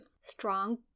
strong